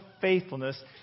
faithfulness